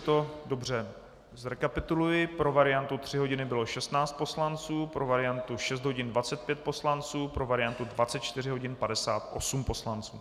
Takže jestli to dobře zrekapituluji, pro variantu tři hodiny bylo 16 poslanců, pro variantu šest hodin 25 poslanců, pro variantu 24 hodin 58 poslanců.